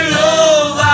love